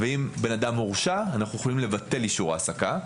ואם בן אדם מורשע אנחנו יכולים לבטל אישור העסקה.